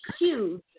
huge